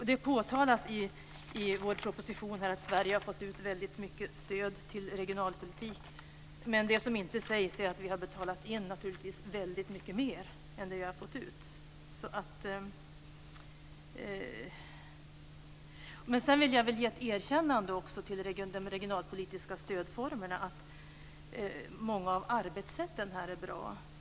Det påpekas i propositionen att Sverige har fått väldigt mycket stöd till sin regionalpolitik, men det sägs inte att vi har betalat in väldigt mycket mer än vad vi har fått ut. Jag vill dock ge ett erkännande av att många av arbetssätten i de regionalpolitiska stödformerna är bra.